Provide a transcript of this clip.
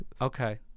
Okay